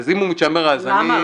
אז אם הוא מתיימר אני --- רגע,